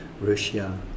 Russia